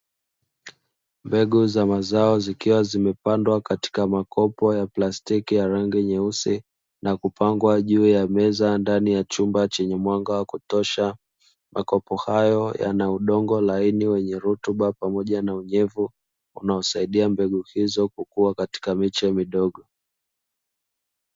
Mbegu za mazao zikiwa zimepandwa katika makopo ya plastiki ya rangi nyeusi na kupangwa juu ya meza ndani ya chumba chenye mwanga wa kutosha, makopo hayo yana udongo laini wenye rutuba pamoja na unyevu unaosaidia mbegu hizo kukua katika miche midogo.